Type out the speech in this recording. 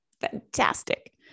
fantastic